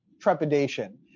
trepidation